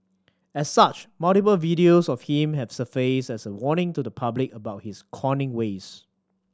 as such multiple videos of him have surfaced as a warning to the public about his conning ways